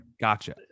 Gotcha